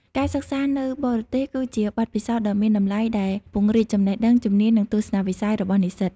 ការសិក្សានៅបរទេស គឺជាបទពិសោធន៍ដ៏មានតម្លៃដែលពង្រីកចំណេះដឹង ជំនាញ និងទស្សនវិស័យរបស់និស្សិត។